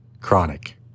chronic